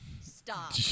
Stop